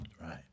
Right